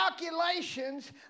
calculations